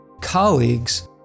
colleagues